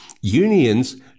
Unions